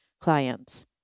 clients